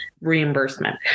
Reimbursement